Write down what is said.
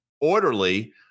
orderly